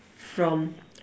from